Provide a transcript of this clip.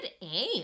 aim